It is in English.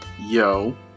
yo